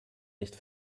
nicht